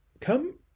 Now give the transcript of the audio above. Come